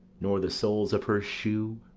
nor the soles of her shoe?